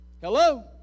Hello